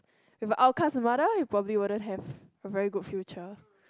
if outcast the mother you probably wouldn't have a very good future